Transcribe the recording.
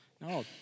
No